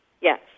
Yes